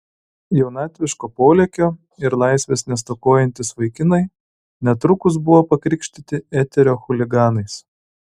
jaunatviško polėkio ir laisvės nestokojantys vaikinai netrukus buvo pakrikštyti eterio chuliganais